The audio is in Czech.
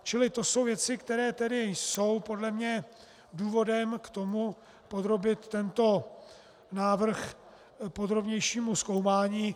Čili to jsou věci, které tedy jsou podle mě důvodem k tomu podrobit tento návrh podrobnějšímu zkoumání.